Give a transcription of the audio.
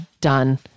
done